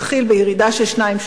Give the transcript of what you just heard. מתחיל בירידה של 2,